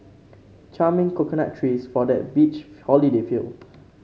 charming coconut trees for that beach holiday feel